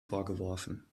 vorgeworfen